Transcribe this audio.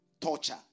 torture